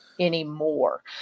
anymore